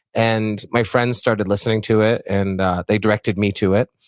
and my friends started listening to it and they directed me to it,